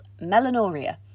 Melanoria